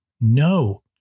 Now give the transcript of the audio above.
No